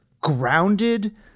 grounded